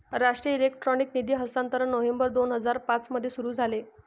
राष्ट्रीय इलेक्ट्रॉनिक निधी हस्तांतरण नोव्हेंबर दोन हजार पाँच मध्ये सुरू झाले